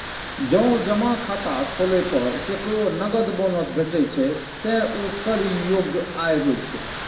जौं जमा खाता खोलै पर केकरो नकद बोनस भेटै छै, ते ऊ कर योग्य आय होइ छै